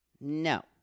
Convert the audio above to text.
no